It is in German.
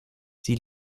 sie